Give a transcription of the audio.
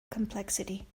complexity